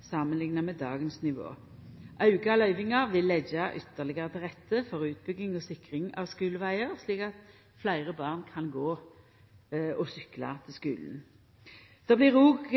samanlikna med dagens nivå. Auka løyvingar vil leggja ytterlegare til rette for utbygging med sikring av skulevegar, slik at fleire born kan gå og sykla til skulen. Det blir òg